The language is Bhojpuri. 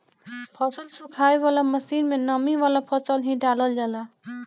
फसल सुखावे वाला मशीन में नमी वाला फसल ही डालल जाला